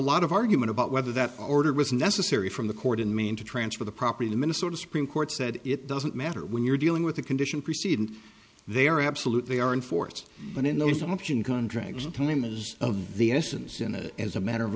lot of argument about whether that order was necessary from the court in maine to transfer the property the minnesota supreme court said it doesn't matter when you're dealing with the condition preceding there absolutely are enforced but in those option contracts and time is of the essence in it as a matter of